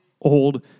old